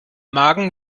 magen